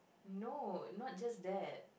no not just that